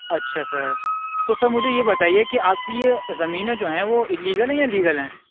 اچھا سر تو سر مجھے یہ بتائیے کہ آپ کی یہ زمینیں جو ہیں وہ الیگل ہیں یا لیگل ہیں